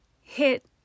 hit